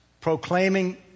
proclaiming